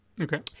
Okay